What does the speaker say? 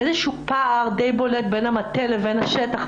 איזה שהוא פער די בולט בין המטה לבין השטח.